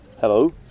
Hello